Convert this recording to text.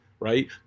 Right